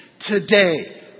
today